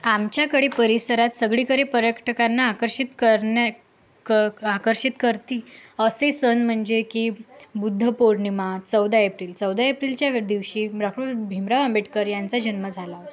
आमच्याकडे परिसरात सगळीकडे पर्यटकांना आकर्षित करण्या क आकर्षित करतील असे सण म्हणजे की बुद्धपौर्णिमा चौदा एप्रिल चौदा एप्रिलच्या वे दिवशी राहुल भीमराव आंबेडकर यांचा जन्म झाला